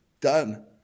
done